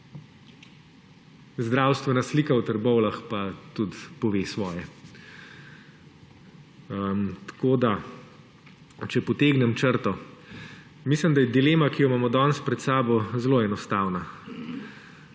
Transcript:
Zdravstvena slika v Trbovljah pa tudi pove svoje. Če potegnem črto. Mislim, da je dilema, ki jo imamo danes pred sabo, zelo enostavna: